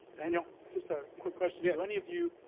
daniel, just a quick question. yeah do any of you